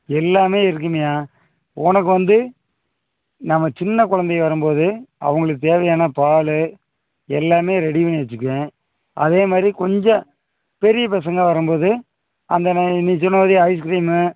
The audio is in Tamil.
எல்லாமே இருக்கும்ய்யா உனக்கு வந்து நம்ம சின்ன கொழந்தை வரும் போது அவங்களுக்குத் தேவையான பாலு எல்லாமே ரெடி பண்ணி வச்சுக்குவேன் அதே மாதிரி கொஞ்சம் பெரிய பசங்க வரும் போது அந்த நே நீ சொன்ன மாதிரி ஐஸ்கிரீமு